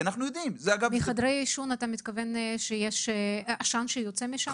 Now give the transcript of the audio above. אתה מתכוון שיש עשן שיוצא משם?